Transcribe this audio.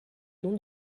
don